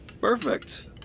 Perfect